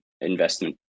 investment